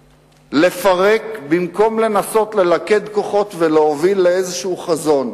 לפרק, במקום לנסות ללכד כוחות ולהוביל לחזון,